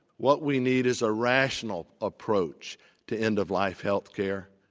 what we need is a rational approach to end-of-life health care,